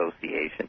Association